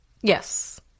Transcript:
Yes